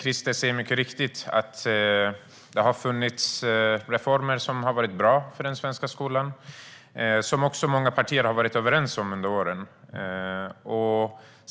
Christer säger mycket riktigt att det har genomförts reformer som har varit bra för den svenska skolan och som många partier under åren har varit överens om.